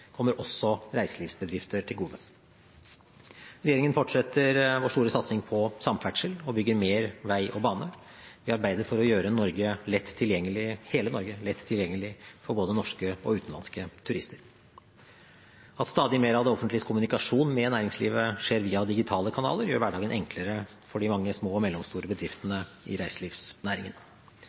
kommer også reiselivsbedrifter til gode. Regjeringen fortsetter sin store satsing på samferdsel og bygger mer vei og bane. Vi arbeider for å gjøre hele Norge lett tilgjengelig for både norske og utenlandske turister. At stadig mer av det offentliges kommunikasjon med næringslivet skjer via digitale kanaler, gjør hverdagen enklere for de mange små og mellomstore bedriftene i reiselivsnæringen.